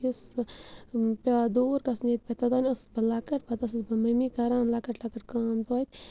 یُس سُہ پٮ۪وان دوٗر گژھُن ییٚتہِ پٮ۪ٹھ توتام ٲسٕس بہٕ لۄکٕٹۍ پَتہٕ ٲسٕس بہٕ ممی کَران لۄکٕٹۍ لۄکٕٹ کٲم تویتہِ